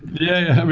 yeah.